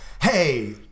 hey